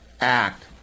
act